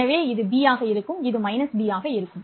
எனவே இது b ஆக இருக்கும் இது -b ஆக இருக்கும்